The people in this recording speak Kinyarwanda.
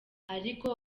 ariko